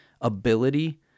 ability